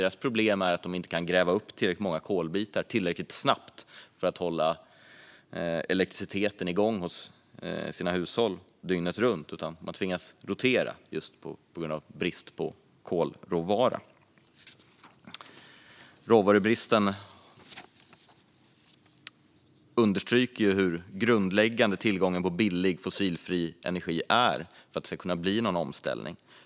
Deras problem är att de inte kan gräva upp tillräckligt många kolbitar tillräckligt snabbt för att hålla elektriciteten igång i hushållen dygnet runt. I stället tvingas de rotera på grund av brist på kolråvara. Råvarubristen understryker hur grundläggande tillgången på billig fossilfri energi är för att det ska kunna bli någon omställning.